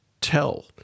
tell